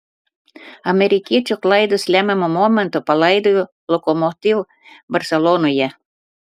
amerikiečių klaidos lemiamu momentu palaidojo lokomotiv barselonoje